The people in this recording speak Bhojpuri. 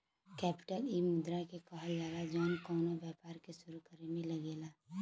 केपिटल इ मुद्रा के कहल जाला जौन कउनो व्यापार के सुरू करे मे लगेला